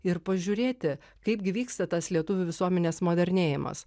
ir pažiūrėti kaipgi vyksta tas lietuvių visuomenės modernėjimas